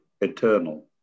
eternal